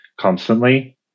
constantly